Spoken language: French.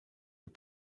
les